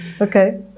okay